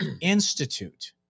Institute